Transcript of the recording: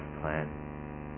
plan